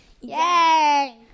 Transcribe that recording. Yay